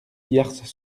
biars